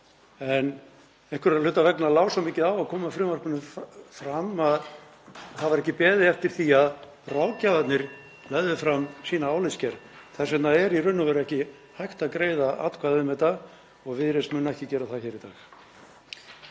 En einhverra hluta vegna lá svo mikið á að koma frumvarpinu fram að það var ekki beðið eftir því að ráðgjafarnir legðu fram sína álitsgerð. Þess vegna er í raun og veru ekki hægt að greiða atkvæði um þetta og Viðreisn mun ekki gera það í dag.